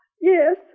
Yes